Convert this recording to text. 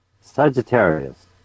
Sagittarius